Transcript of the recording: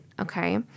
okay